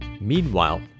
Meanwhile